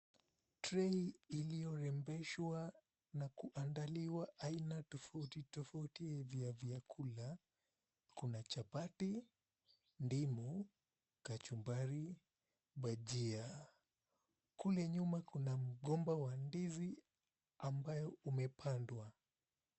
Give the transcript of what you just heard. Tray iliorembeshwa na kuandaliwa aina tofauti tofauti vya vyakula. Kuna chapati, ndimu, kachumbari, bajia. Kule nyuma kuna mgomba wa ndizi ambayo umepandwa.